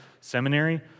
seminary